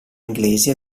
inglesi